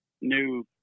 new